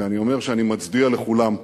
כשאני אומר שאני מצדיע לכולם.